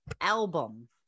album